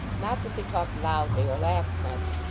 not that they talked loudly or laughed much,